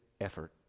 effort